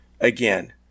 again